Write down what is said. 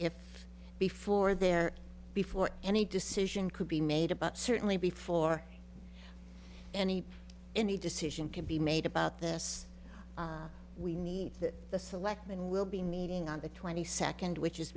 if before there before any decision could be made about certainly before any any decision can be made about this we need the selectmen will be meeting on the twenty second which is